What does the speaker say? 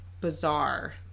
bizarre